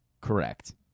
Correct